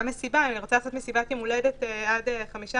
אם ארצה לעשות מסיבת יום הולדת עד חמישה